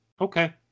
Okay